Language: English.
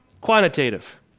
quantitative